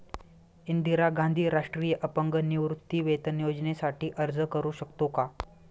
इंदिरा गांधी राष्ट्रीय अपंग निवृत्तीवेतन योजनेसाठी अर्ज करू शकतो का?